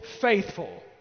faithful